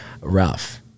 Rough